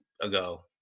ago